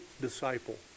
disciple